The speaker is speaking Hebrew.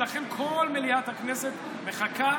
ולכן כל מליאת הכנסת מחכה